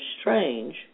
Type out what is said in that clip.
strange